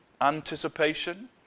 anticipation